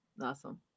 Awesome